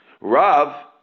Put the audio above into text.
Rav